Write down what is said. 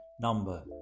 number